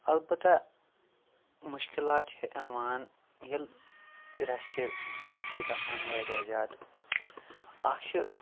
البتہ مُشکلات چھِ یِوان ییٚلہِ رَش چھِ بیٖڈ چھِ گژھان واریاہ زیادٕ اَکھ چھِ